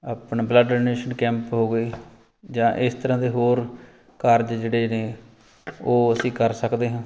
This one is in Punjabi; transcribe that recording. ਆਪਣੇ ਬਲੱਡ ਡੋਨੇਸ਼ਨ ਕੈਂਪ ਹੋ ਗਏ ਜਾਂ ਇਸ ਤਰ੍ਹਾਂ ਦੇ ਹੋਰ ਕਾਰਜ ਜਿਹੜੇ ਨੇ ਉਹ ਅਸੀਂ ਕਰ ਸਕਦੇ ਹਾਂ